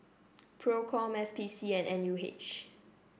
Procom S P C and N U H